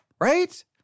Right